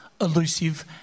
elusive